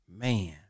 Man